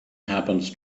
happens